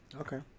Okay